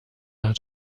hat